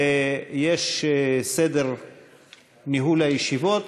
ויש סדר ניהול הישיבות,